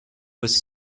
was